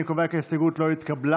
אני קובע כי ההסתייגות לא התקבלה.